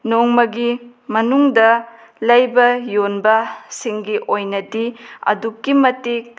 ꯅꯣꯡꯃꯒꯤ ꯃꯅꯨꯡꯗ ꯂꯩꯕ ꯌꯣꯟꯕꯁꯤꯡꯒꯤ ꯑꯣꯏꯅꯗꯤ ꯑꯗꯨꯛꯀꯤ ꯃꯇꯤꯛ